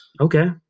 Okay